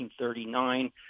1939